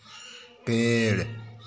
पेड़